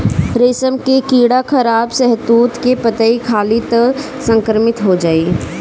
रेशम के कीड़ा खराब शहतूत के पतइ खाली त संक्रमित हो जाई